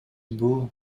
бул